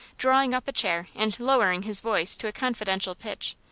drawing up a chair, and lowering his voice to a confidential pitch,